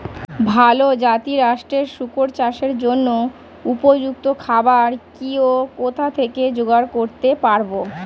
ভালো জাতিরাষ্ট্রের শুকর চাষের জন্য উপযুক্ত খাবার কি ও কোথা থেকে জোগাড় করতে পারব?